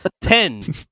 Ten